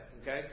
okay